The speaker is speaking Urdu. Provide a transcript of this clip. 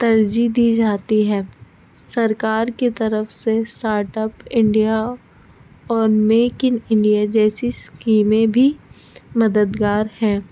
ترجیح دی جاتی ہے سرکار کی طرف سے اسٹارٹپ انڈیا اور میک ان انڈیا جیسی اسکیمیں بھی مددگار ہیں